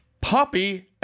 Poppy